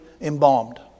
embalmed